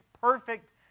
perfect